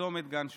בצומת גן שמואל.